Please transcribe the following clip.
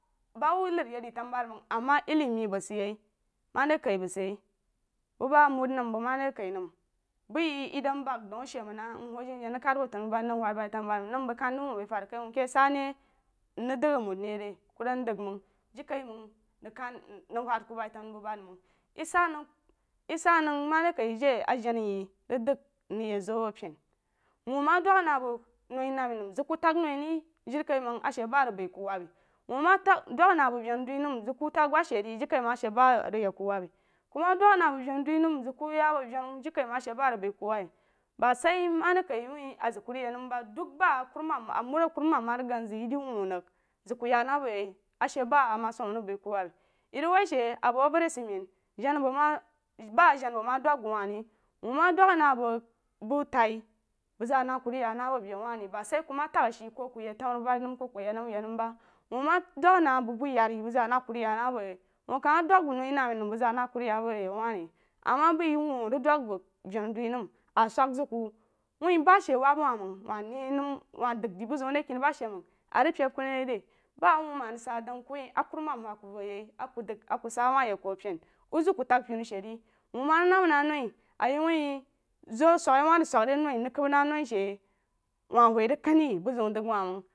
Na hub lari de tanwbubari mzəg ama elimi bəg sid ye ma de kai bəg sid ye bu ba abud nəm nbəg ma de kai məg bai ye, ye darí bəg nau ashe məng na nhuh janajana ríg abu tawbub ari ri’g wud bai tawbubar məng nəm bəg kan zəg wuu beí fad rig kai wuu ke sa ní rig dəg re rí ku dan dəg məng jirikaiməng nəg kan nəg wad ku baí tawbubarí məng ye sa nəg ye sa nəg ma ri kaí je a jana ye rig dəg rig yəg zo a bu pen wuu ma̍ dəg na bəg noi nami nəm zəg ku təg noi rí jirikaiməng a she ba arig bai ku wube wuu təg dəg na bəg venu dui nəm zəg ku təg ba she re jirikaiməg ashe ba rig yəg ku wahhi ku ma dəg na bəg venu dui nəm zəg ku ya bu venu jirikaiməng a she ba rig baí ku wabhi ba sah mari kaí a zəg ku rig yak ku rig yak nəm ba dəg ba kurumam ma amud a kurumam ma ríg gag zəg ye wuu wu rig zəg ku ya. Na bu ye ba masaməng rig bai ku wube ye rig wah she a bu auəri sad men jana bəg ma ba jana bəg ma dəg bəg wah re wun ma dəg na bəg bu tai bəg bəg wah re wuu ma dəg na bəg bu tai bəg zaa na ku rig ya na bu be wa re ba sai ku ma tag ashe koku yəg taububari nəm ko ku yed nəm yed nəm ba wuu ma dəg na bəg bu yari bəg zaa na ku rig ya na bu ye ku ma dəg bəg noi namma nəm bəg zaa na ku rig ya na bu yauwa re ama baiye wuu dəg bəg venu dui nəm a sug zəg ku wuh ba she wab wa məng wa nei nəm wa dəg de buziu a re keni ba she məng peb ku naí re ba wuu ma rig sa dəg ku wuh a kurumam wah ku vo ye a ku dəg ku sa awah yəg ku a pen wuh zəg ku təg penu she re wuu wuh ma rig namma na noi a ye wuh zo səg wuh zəg səg re noí níg kəb na noi she wuh hue rig kan re buziu dəg wuh məng.